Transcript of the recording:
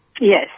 Yes